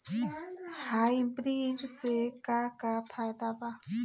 Hybrid से का का फायदा बा?